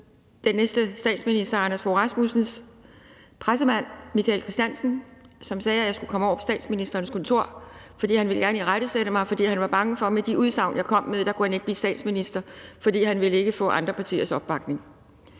den næstkommende statsminister Anders Fogh Rasmussens pressemand, Michael Kristiansen. Han sagde, at jeg skulle komme over på statsministerens kontor, fordi han gerne ville irettesætte mig, for han var bange for, at han med de udsagn, jeg kom med, ikke kunne blive statsminister, fordi han ikke ville få andre partiers opbakning